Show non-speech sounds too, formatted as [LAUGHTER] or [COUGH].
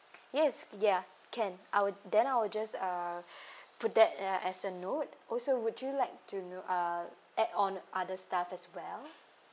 yes ya can I'll then I'll just uh [BREATH] put that uh as a note also would you like to know uh add on other stuff as well